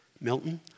Milton